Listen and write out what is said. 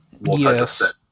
Yes